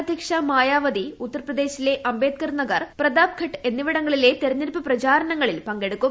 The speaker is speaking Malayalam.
അധ്യക്ഷ മായാവതി ഉത്തർപ്രദേശിലെ അംബേദ്കർ നഗർ പ്രതാപ് ഘട്ട് എന്നിവിടങ്ങളിലെ തെരഞ്ഞെടുപ്പ് പ്രചാരണങ്ങളിൽ പങ്കെടുക്കും